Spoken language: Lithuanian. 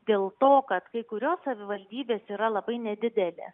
dėl to kad kai kurios savivaldybės yra labai nedidelės